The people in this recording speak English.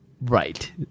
Right